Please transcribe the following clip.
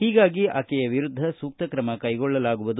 ಹೀಗಾಗಿ ಆಕೆಯ ವಿರುದ್ದ ಸೂಕ್ತ ಕ್ರಮ ಕೈಗೊಳ್ಳಲಾಗುವುದು